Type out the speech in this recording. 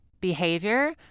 behavior